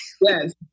Yes